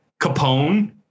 Capone